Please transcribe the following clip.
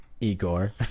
Igor